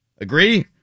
Agree